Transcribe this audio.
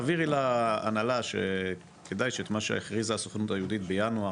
תעבירי להנהלה שכדאי שאת מה שהכריזה הסוכנות היהודית בינואר,